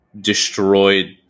destroyed